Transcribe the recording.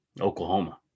Oklahoma